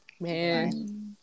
Man